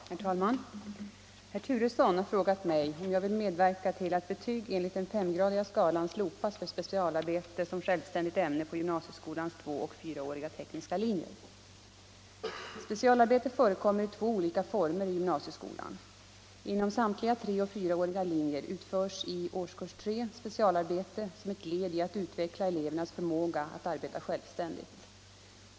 Herr talman! Herr Turesson har frågat mig om jag vill medverka till att betyg enligt den femgradiga skalan slopas för specialarbete som självständigt ämne på gymnasieskolans tvåoch fyraåriga tekniska linjer. Specialarbete förekommer i två olika former i gymnasieskolan. Inom samtliga treoch fyraåriga linjer utförs i årskurs 3 specialarbete som ett led i att utveckla elevernas förmåga att arbeta självständigt.